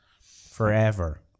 forever